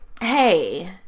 Hey